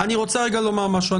אני רוצה לומר משהו,